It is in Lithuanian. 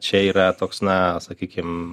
čia yra toks na sakykim